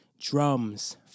drums